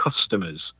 customers